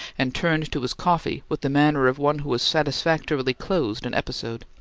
and turned to his coffee with the manner of one who has satisfactorily closed an episode.